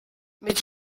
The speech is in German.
mit